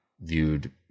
viewed